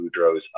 Boudreaux's